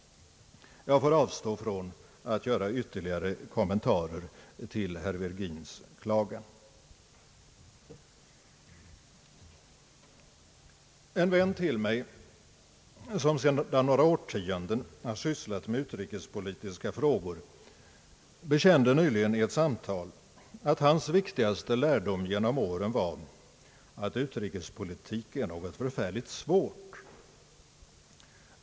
Jag avstår från att göra ytterligare kommentarer till herr Virgins klagan. En vän till mig som sedan några årtionden sysslat med utrikespolitiska frågor bekände nyligen i ett samtal att hans viktigaste lärdom genom åren var att utrikespolitik är något förfärligt svårt.